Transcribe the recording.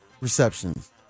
receptions